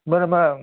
मेरोमा